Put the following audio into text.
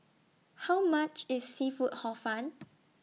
How much IS Seafood Hor Fun